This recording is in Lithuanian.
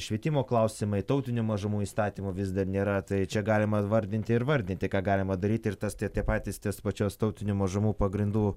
švietimo klausimai tautinių mažumų įstatymo vis dar nėra tai čia galima vardinti ir vardinti ką galima daryti ir tas tie tie patys ties pačios tautinių mažumų pagrindų